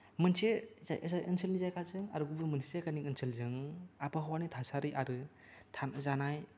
मोनसे ओनसोलनि जायगाजों आरो गुबुन मोनसे जायगानि ओनसोलजों आबहावानि थासारि आरो थानाय जानाय